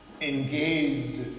Engaged